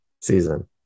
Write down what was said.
season